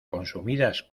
consumidas